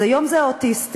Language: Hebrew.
אז היום אלה האוטיסטים,